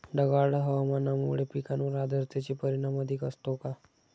ढगाळ हवामानामुळे पिकांवर आर्द्रतेचे परिणाम अधिक असतो का?